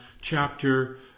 chapter